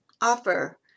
offer